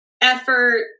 effort